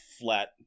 flat